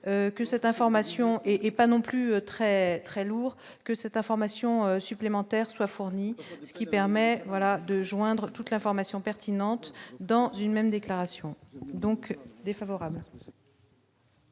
que cette information est et pas non plus très très lourd que cette information supplémentaire soit fourni ce qui permet, voilà de joindre toute l'information pertinente dans une même déclaration donc défavorable.